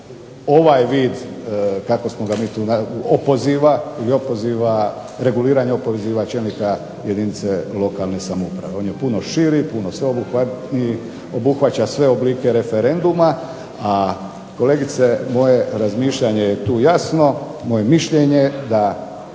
ovaj vid kako smo ga mi tu nazvali opoziva ili opoziva, reguliranje opoziva čelnika jedince lokalne samouprave. On je puno širi, puno sveobuhvatniji, obuhvaća sve oblike referenduma. A kolegice moje je razmišljanje tu je jasno, moje mišljenje da